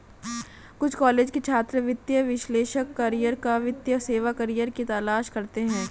कुछ कॉलेज के छात्र वित्तीय विश्लेषक करियर या वित्तीय सेवा करियर की तलाश करते है